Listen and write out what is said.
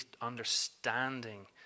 understanding